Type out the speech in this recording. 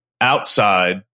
outside